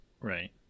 Right